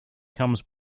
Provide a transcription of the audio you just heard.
comes